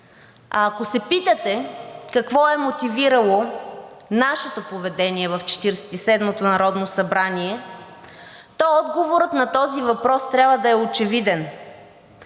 А ако се питате, какво е мотивирало нашето поведение в Четиридесет и седмото народно събрание, то отговорът на този въпрос трябва да е очевиден